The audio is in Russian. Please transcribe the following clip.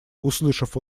услышав